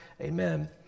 amen